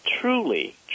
truly